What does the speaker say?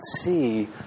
see